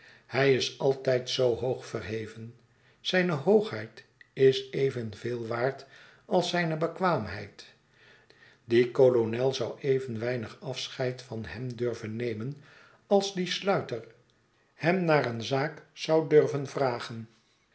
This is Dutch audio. hij is altijd zoo hoog verheven zijne hoogheid is evenveel waard als zijne bekwaamheid die kolonel zou even weinig afscheid van hem durven nemen als die sluiter hem naar eene zaak zou durven vragen